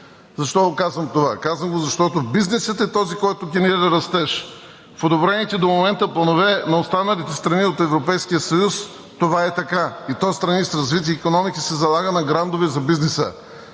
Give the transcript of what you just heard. Защо казвам това? Казвам го, защото бизнесът е този, който генерира растеж. В подобрените до момента планове на останалите страни от Европейския съюз това е така, и то в страни с развити икономики се залага на грантове за бизнеса,